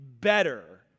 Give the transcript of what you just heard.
better